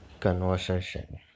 Conversation